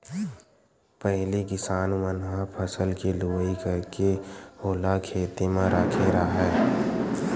पहिली किसान मन ह फसल के लुवई करके ओला खेते म राखे राहय